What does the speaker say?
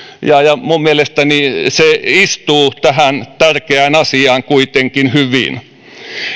minun mielestäni se istuu tähän tärkeään asiaan kuitenkin hyvin